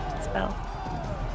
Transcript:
spell